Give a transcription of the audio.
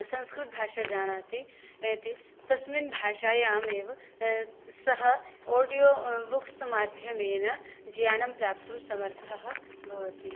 संस्कृतभाषां जानाति तस्मिन् भाषायामेव सः आड्यो बुक्स् माध्यमेन ज्ञानं प्राप्तुं समर्थः भवति